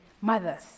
mothers